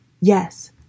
Yes